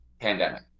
pandemic